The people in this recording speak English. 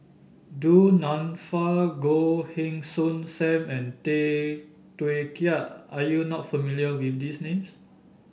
Du Nanfa Goh Heng Soon Sam and Tay Teow Kiat are you not familiar with these names